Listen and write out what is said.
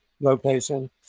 location